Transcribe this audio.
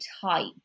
tight